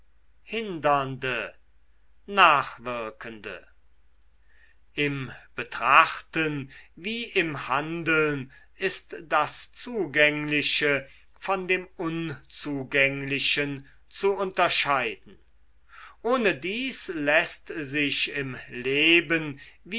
hindernde nachwirkende im betrachten wie im handeln ist das zugängliche von dem unzugänglichen zu unterscheiden ohne dies läßt sich im leben